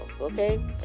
Okay